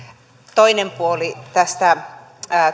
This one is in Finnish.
toinen puoli tästä